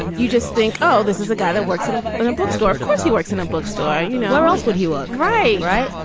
you just think, oh, this is a guy that works in a and a bookstore. of course he works in a bookstore. you know, where else would he look? right. right.